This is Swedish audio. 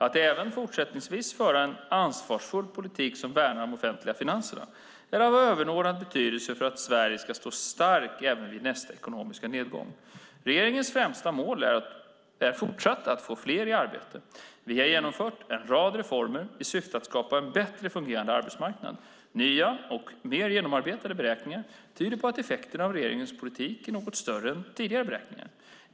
Att även fortsättningsvis föra en ansvarsfull politik som värnar de offentliga finanserna är av överordnad betydelse för att Sverige ska stå starkt även vid nästa ekonomiska nedgång. Regeringens främsta mål är fortsatt att få fler i arbete. Vi har genomfört en rad reformer i syfte att skapa en bättre fungerande arbetsmarknad. Nya och mer genomarbetade beräkningar tyder på att effekterna av regeringens politik är något större än i tidigare beräkningar.